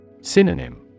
Synonym